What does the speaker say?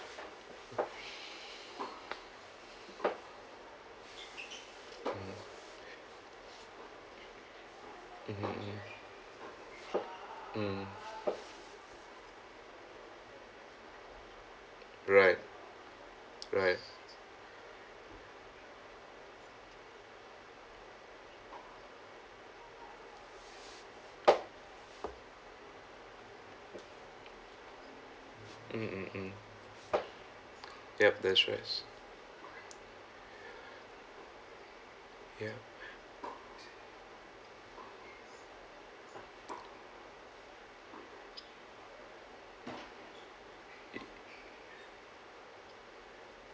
mmhmm mm right right mm mm mm yup that's wise yup